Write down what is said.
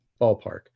ballpark